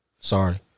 Sorry